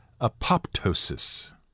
apoptosis